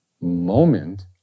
moment